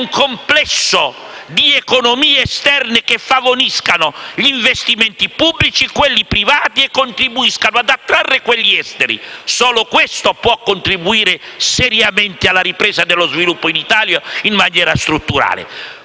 complesso di economie esterne che favoriscano gli investimenti pubblici, quelli privati e contribuiscano ad attrarre quelli esteri. Solo questo può contribuire seriamente alla ripresa dello sviluppo in Italia in maniera strutturale.